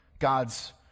God's